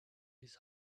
his